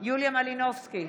יוליה מלינובסקי,